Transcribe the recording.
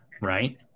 right